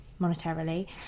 monetarily